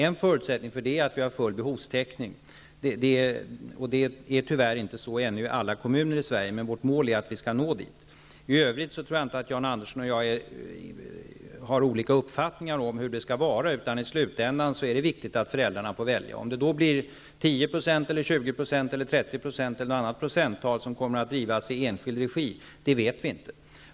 En förutsättning härför att vi har full behovstäckning -- tyvärr har man ännu inte det i alla kommuner i Sverige, men vårt mål är att vi skall nå dithän. I övrigt tror jag inte att Jan Andersson och jag har olika uppfattningar om hur det skall vara, utan i slutändan är det viktigt att föräldrarna får välja. Om det blir 10, 20, 30 % eller fler dagis som kommer att drivas i enskild regi vet vi inte.